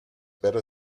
better